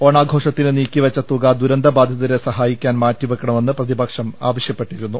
ഓണാഘോ ഷത്തിന് നീക്കിവെച്ച തുക ദുരന്തബാധിതരെ സഹായിക്കാൻ മാറ്റിവെക്ക ണമെന്ന് പ്രതിപക്ഷം ആവശ്യപ്പെട്ടിരുന്നു